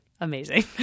amazing